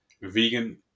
Vegan